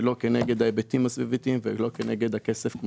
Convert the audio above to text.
לא כנגד ההיבטים הסביבתיים וכנגד הכסף.